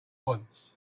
wants